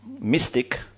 mystic